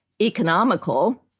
economical